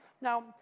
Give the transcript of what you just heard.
Now